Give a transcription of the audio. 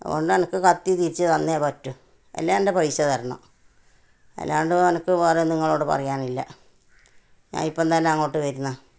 അതുകൊണ്ടനക്ക് കത്തി തിരിച്ച് തന്നേ പറ്റൂ അല്ലേൽ എൻ്റെ പൈസ തരണം അല്ലാണ്ട് അനക്ക് വേറെ നിങ്ങളോട് പറയാനില്ല ഞാൻ ഇപ്പം തന്നെ അങ്ങോട്ട് വരുന്നു